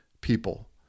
people